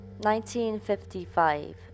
1955